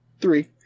three